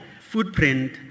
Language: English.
footprint